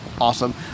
Awesome